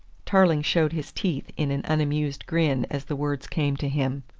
tarling showed his teeth in an unamused grin as the words came to him.